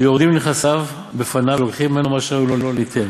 ויורדים לנכסיו בפניו ולוקחין ממנו מה שראוי לו ליתן.